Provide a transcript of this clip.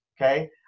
Okay